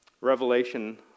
Revelation